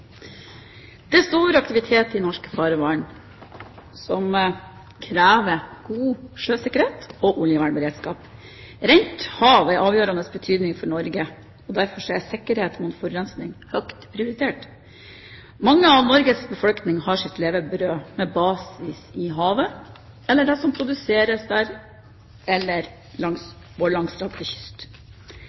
stor aktivitet i norske farvann, som krever god sjøsikkerhet og oljevernberedskap. Rent hav er av avgjørende betydning for Norge. Derfor er sikkerhet mot forurensning høyt prioritert. En stor del av Norges befolkning har sitt levebrød med basis i havet, det som produseres der eller langs vår langstrakte kyst.